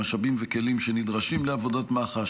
משאבים וכלים שנדרשים לעבודת מח"ש,